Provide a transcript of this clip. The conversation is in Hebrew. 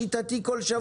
שיטתי כל שבוע?